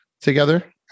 together